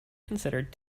considered